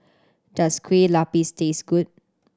does Kueh Lapis taste good